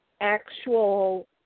actual